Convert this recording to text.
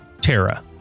Terra